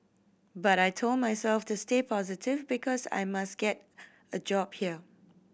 but I told myself to stay positive because I must get a job here